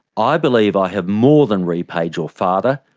i believe i have more than repaid your father,